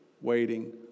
waiting